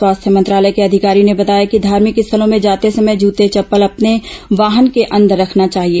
स्वास्थ्य मंत्रालय के अधिकारी ने बताया कि धार्मिक स्थलों में जाते समय जूते चप्पल अपने वाहन के अंदर रखने चाहिए